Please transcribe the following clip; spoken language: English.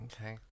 Okay